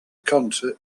concert